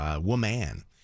woman